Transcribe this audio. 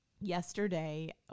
Yesterday